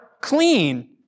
clean